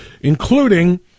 including